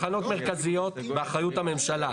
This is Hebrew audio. תחנות מרכזיות באחריות הממשלה,